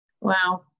Wow